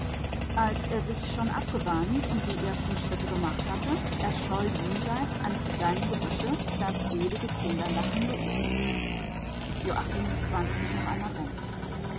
als er sich schon abgewandt und die ersten schritte gemacht hatte erscholl jenseits eines kleinen gebüsches das selige kinderlachen luises joachim wandte sich noch einmal um